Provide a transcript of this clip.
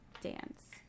dance